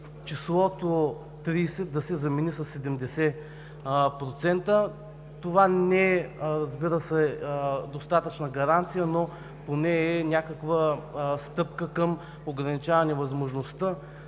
числото „30“ да се замени със „70%“. Това не е, разбира се, достатъчна гаранция, но поне е някаква стъпка към ограничаване възможността